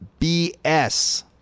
BS